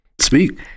Speak